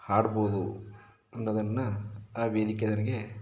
ಹಾಡಬಹುದು ಅನ್ನೋದನ್ನು ಆ ವೇದಿಕೆ ನನಗೆ